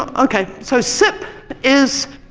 um okay, so sipp is